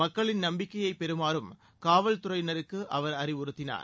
மக்களின் நம்பிக்கையை பெறுமாறும் காவல்துறையினருக்கு அவர் அறிவுறுத்தினார்